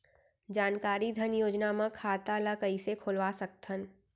जानकारी धन योजना म खाता ल कइसे खोलवा सकथन?